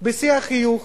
בשיא החיוך